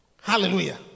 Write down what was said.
Hallelujah